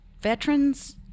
Veterans